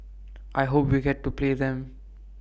I hope we get to play them